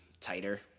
tighter